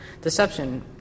deception